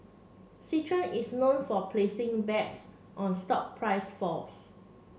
Citron is known for placing bets on stock price falls